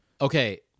Okay